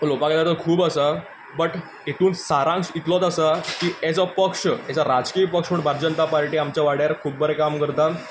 उलोवपाक गेल्यार खूब आसा बट इंतून सारांश इतलोच आसा की एज अ पक्ष एज अ राजकीय पक्ष म्हणपाक भारतीय जनता पार्टी आमच्या वाड्यार खूब बरें काम करता